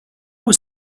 was